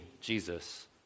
Jesus